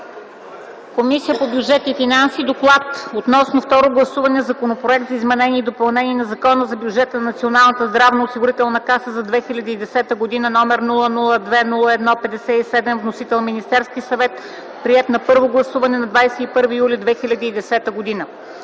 Комисията по бюджет и финанси относно второ гласуване на Законопроект за изменение и допълнение на Закона за бюджета на Националната здравноосигурителна каса за 2010 г., № 002 01 57, с вносител Министерския съвет, приет на първо гласуване на 21 юли 2010 г.”